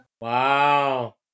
Wow